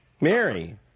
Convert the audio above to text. Mary